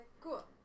cool